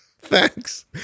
Thanks